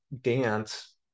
dance